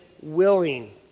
willing